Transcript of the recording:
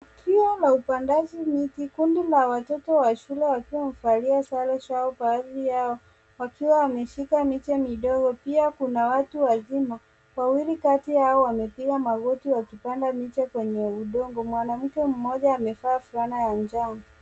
Tukio la upandaji miti. Kundi la watoto wa shule wakiwa wamevalia sare zao baadhi yao wakiwa wameshika miche midogo. Pia kuna watu wazima wawili kati yao wamepiga magoti wakipanda miti kwenye udongo. Mwanamke mmoja amevaa fulana ya njano.